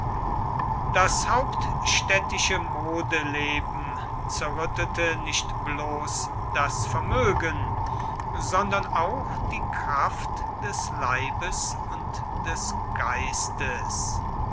das hauptstädtische modeleben zerrüttete nicht bloß das vermögen sondern auch die kraft des leibes und des geistes